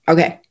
Okay